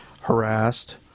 harassed